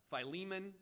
Philemon